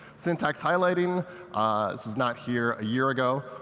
syntax highlighting, this was not here a year ago.